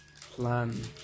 plan